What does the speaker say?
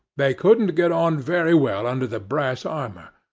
they couldn't get on very well under the brass armour.